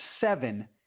seven